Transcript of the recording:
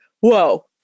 whoa